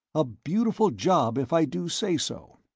a beautiful job, if i do say so.